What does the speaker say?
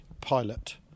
pilot